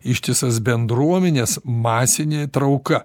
ištisas bendruomenes masinė trauka